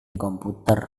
komputer